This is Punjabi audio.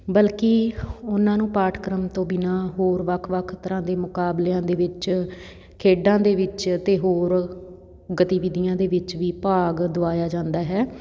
ਬਲਕਿ ਉਹਨਾਂ ਨੂੰ ਪਾਠਕ੍ਰਮ ਤੋਂ ਬਿਨਾਂ ਹੋਰ ਵੱਖ ਵੱਖ ਤਰ੍ਹਾਂ ਦੇ ਮੁਕਾਬਲਿਆਂ ਦੇ ਵਿੱਚ ਖੇਡਾਂ ਦੇ ਵਿੱਚ ਅਤੇ ਹੋਰ ਗਤੀਵਿਧੀਆਂ ਦੇ ਵਿੱਚ ਵੀ ਭਾਗ ਦਿਵਾਇਆ ਜਾਂਦਾ ਹੈ